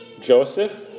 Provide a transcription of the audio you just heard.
Joseph